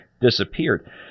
disappeared